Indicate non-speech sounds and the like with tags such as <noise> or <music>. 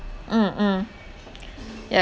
mm mm <noise> yeah